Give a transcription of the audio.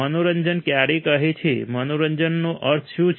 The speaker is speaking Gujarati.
મનોરંજન ક્યારે કહે છે મનોરંજનનો અર્થ શું છે